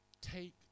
take